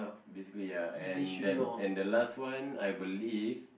basically ya and that and the last one I believe